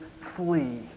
Flee